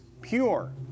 pure